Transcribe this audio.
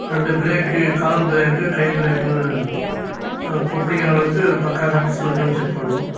ரெண்டு ப்ரேக்கு கால் ப்ரேக்கு கை ப்ரேக்கு ப பிடிக்கிற அளவுக்கு பக்கா கண்டிஷன்ல இருக்கானு செக் பண்ணணும்